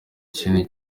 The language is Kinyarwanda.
kintu